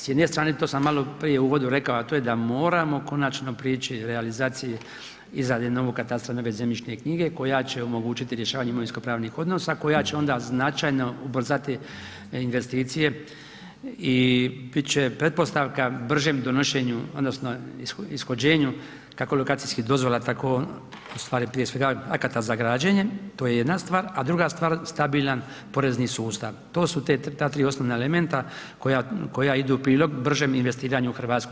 S jedne strane, to sam maloprije u uvodu rekao, a to je da moramo konačno prići realizaciji i izradi novog katastra, nove zemljišne knjige koja će omogućiti rješavanje imovinskopravnih odnosa koja će onda značajno ubrzati investicije i bit će pretpostavka bržem donošenju odnosno ishođenju kako lokacijskih dozvola, tako u stvari prije svega akata za građenje, to je jedna stvar, a druga stvar, stabilan porezni sustav, to su ta 3 osnovna elementa koja idu u prilog bržem investiranju u RH.